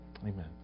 Amen